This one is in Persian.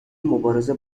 مبارزه